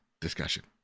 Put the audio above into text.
discussion